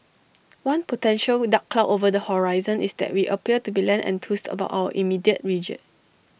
one potential dark cloud over the horizon is that we appear to be less enthused about our immediate region